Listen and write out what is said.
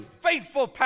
faithful